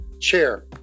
chair